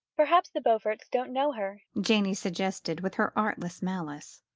perhaps the beauforts don't know her, janey suggested, with her artless malice.